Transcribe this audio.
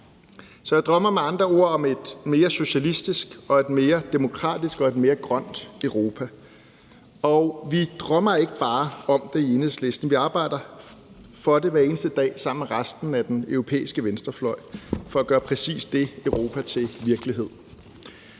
Jeg drømmer med andre ord om et mere socialistisk og mere demokratisk og mere grønt Europa, og vi drømmer ikke bare om det i Enhedslisten. Vi arbejder hver eneste dag sammen med resten af den europæiske venstrefløj for at gøre præcis det Europa til virkelighed.